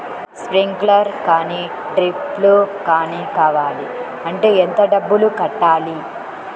Sprinkler కానీ డ్రిప్లు కాని కావాలి అంటే ఎంత డబ్బులు కట్టాలి?